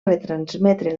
retransmetre